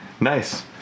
Nice